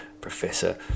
Professor